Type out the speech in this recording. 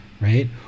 right